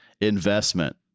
investment